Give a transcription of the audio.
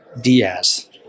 Diaz